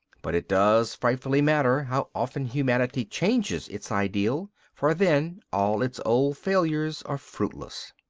but it does frightfully matter how often humanity changes its ideal for then all its old failures are fruitless.